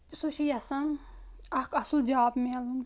سُہ چھُ یِژھان اکھ اَصٕل جاب مِلُن